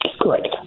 Correct